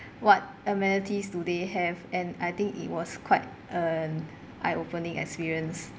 what amenities do they have and I think it was quite uh eye opening experience